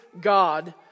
God